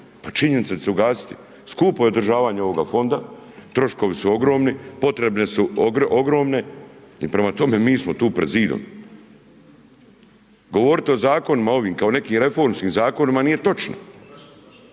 da će se ugasiti. Skupo je održavanje ovoga fonda, troškovi su ogromni, potrebe su ogromne i prema tome mi smo tu pred zidom. Govoriti o zakonima ovim kao nekim reformskim zakonima nije točno,